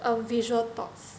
um visual thoughts